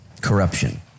corruption